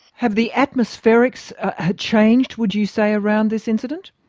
have the atmospherics ah changed, would you say, around this incident?